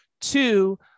Two